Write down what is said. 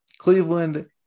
Cleveland-